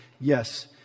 yes